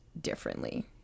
differently